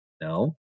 No